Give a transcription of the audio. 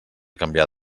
canviar